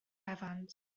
evans